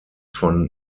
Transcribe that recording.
von